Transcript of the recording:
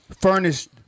furnished